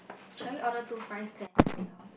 shall we order two fries then later